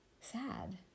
sad